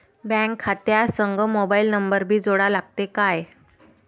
Bank खात्या संग mobile number भी जोडा लागते काय?